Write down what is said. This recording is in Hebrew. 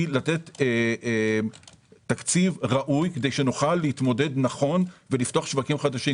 היא לתת תקציב ראוי כדי שנוכל להתמודד נכון ולפתוח שווקים חדשים.